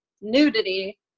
Nudity